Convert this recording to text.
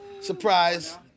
surprise